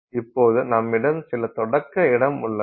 இப்போது நம்மிடம் சில தொடக்க இடம் உள்ளது